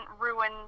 ruin